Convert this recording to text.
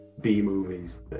B-movies